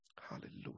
Hallelujah